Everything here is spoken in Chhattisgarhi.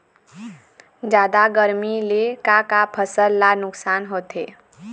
जादा गरमी ले का का फसल ला नुकसान होथे?